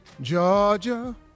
Georgia